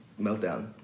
meltdown